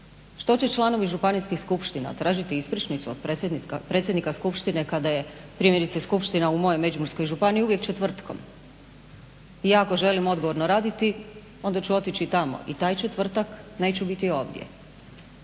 Što će članovi županijskih skupština? Tražiti ispričnicu od predsjednika skupštine kada je primjerice skupština u mojoj Međimurskoj županiji uvijek četvrtkom i ja ako želim odgovorno raditi onda ću otići tamo i taj četvrtak neću biti ovdje